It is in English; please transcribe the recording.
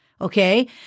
Okay